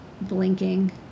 blinking